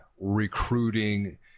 recruiting